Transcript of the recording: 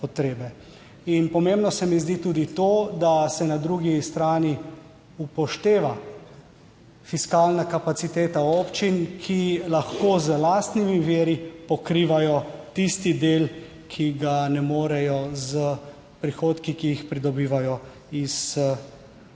In pomembno se mi zdi tudi to, da se na drugi strani upošteva fiskalna kapaciteta občin, ki lahko z lastnimi viri pokrivajo tisti del, ki ga ne morejo s prihodki, ki jih pridobivajo iz